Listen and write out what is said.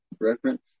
reference